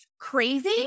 crazy